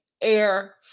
Air